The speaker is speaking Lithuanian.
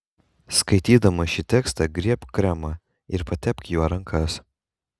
skaitydama šį tekstą griebk kremą ir patepk juo rankas